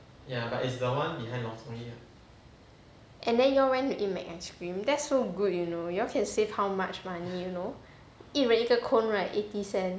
and then you all went eat mac ice cream that's so good you know you all can save how much money you know 一人一个 cone right eighty cent